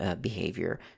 behavior